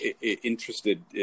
interested